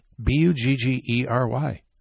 B-U-G-G-E-R-Y